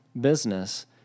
business